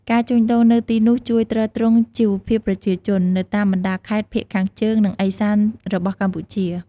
ការជួញដូរនៅទីនោះជួយ ទ្រទ្រង់ជីវភាពប្រជាជន នៅតាមបណ្តាខេត្តភាគខាងជើង និងឦសានរបស់កម្ពុជា។